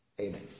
Amen